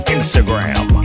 Instagram